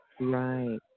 Right